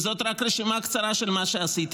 וזאת רק רשימה קצרה של מה שעשיתם,